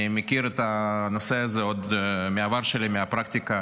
אני מכיר את הנושא הזה עוד מהעבר שלי, מהפרקטיקה